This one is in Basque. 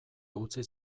utzi